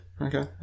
Okay